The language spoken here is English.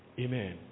Amen